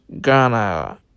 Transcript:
Ghana